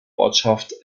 ortschaft